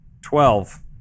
Twelve